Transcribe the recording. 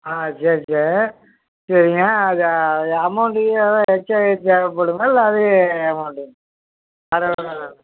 ஆ சரி சரி சரிங்க அது அமௌண்ட் எக்ஸ்ட்டா தேவைப்படுங்களா இல்லை அதே அமௌண்ட்டு வேறு ஒன்றும்